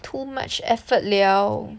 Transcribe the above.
too much effort liao